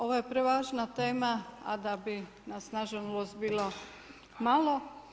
Ovo je prevažna tema, a da bi nas na žalost bilo malo.